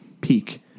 peak